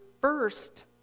first